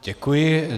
Děkuji.